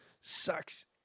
Sucks